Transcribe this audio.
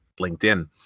LinkedIn